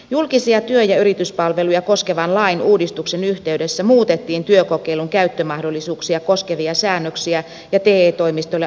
julkisia työ ja yrityspalveluja koskevan lain uudistuksen yhteydessä muutettiin työkokeilun käyttömahdollisuuksia koskevia säännöksi ja te toimistoille annettuja ohjeita